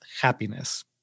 happiness